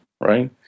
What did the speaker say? right